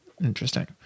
interesting